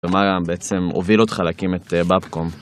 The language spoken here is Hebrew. מה בעצם הוביל אותך להקים את בפקום.